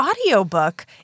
audiobook